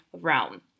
realm